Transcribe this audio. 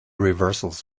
reversals